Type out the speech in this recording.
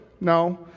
No